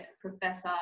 professor